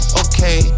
okay